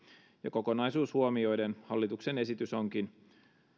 kokonaisuus huomioiden hallituksen esitys onkin